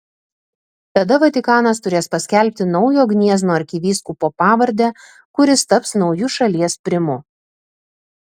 tada vatikanas turės paskelbti naujo gniezno arkivyskupo pavardę kuris taps nauju šalies primu